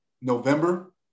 November